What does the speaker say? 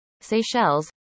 Seychelles